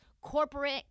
corporate